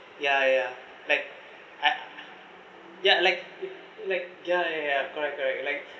ya ya like I ya like like ya ya correct correct like